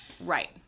Right